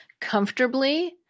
comfortably